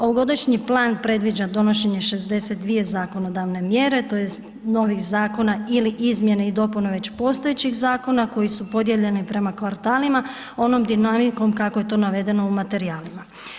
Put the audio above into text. Ovogodišnji plan predviđa donošenje 62 zakonodavne mjere, tj. novih zakona ili izmjene i dopune već postojećih zakona koji su podijeljeni prema kvartalima onom dinamikom kako je to navedeno u materijalima.